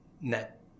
net